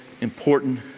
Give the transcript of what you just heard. important